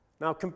Now